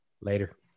Later